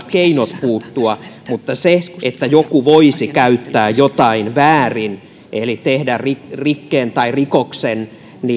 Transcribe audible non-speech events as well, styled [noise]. [unintelligible] keinot puuttua mutta se että joku voisi käyttää jotain väärin eli tehdä rikkeen tai rikoksen